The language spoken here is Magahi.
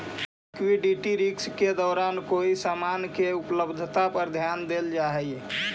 लिक्विडिटी रिस्क के दौरान कोई समान के उपलब्धता पर ध्यान देल जा हई